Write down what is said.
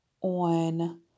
on